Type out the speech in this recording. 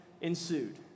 ensued